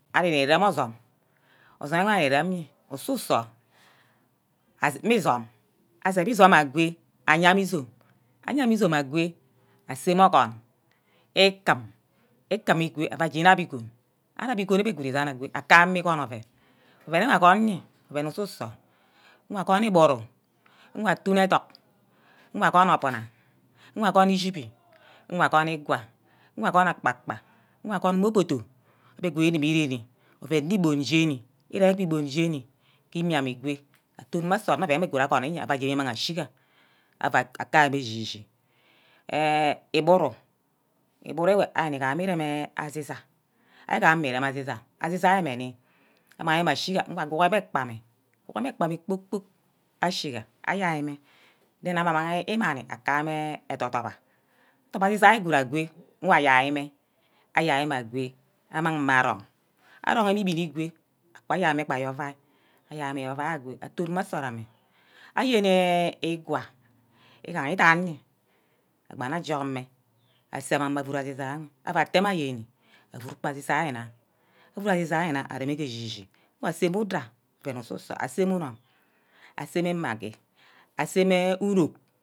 Ari-ni reme asume, osume wor ari nirem osusor asep izum, asep izum agwe ayame-izome ayeme izome agwe, aseme orgon ikum ikum egwe abbe je inap egon, anap egon egwe akame igwon oven, oven wor agwon nye ke orsu-sor, nga gwon iburu, nga atune ettok nga gwon obina, nga gwon ishibi, nga gwon igwa, nga gwon akpa-kpa, nga gwon obodor abegood igubu erene oven nne ebon jeni ire ke ebon jeni ke imi-mme igo tuma nsort nne oven wor good agwon iye ije imang ashiga ava ka-ameh ashi-shi ehiburu anige iremme asisa, asama irem asisa mme nni amang mme ashigga aworme ekpa mme aworo-mme ekpa mme kpor-kpork ashiga ayia-mme then ava mang imiani ava kameh adur-durba durbe isai good agwe nwa ayaime, ayaime agwe amang mme arong, arong mme igbine igwe ayai-mme gba aye ovai, ayai mme aye ovai ago atune mme nsort amme, ayene igwa wi gaha idan eyeah gbane ajug mme asame adorn asisa wor ava teh mma ayeni, avud gba asisa wey nna avud asisa nne areme ke eshishi, aseme udai oven orsuso aseme unum, aseme maggi, aseme unok.